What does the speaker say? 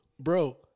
bro